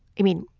i mean,